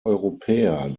europäer